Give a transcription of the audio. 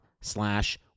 slash